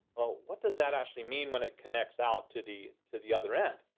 well, what does that actually mean when it connects out to the to the other end?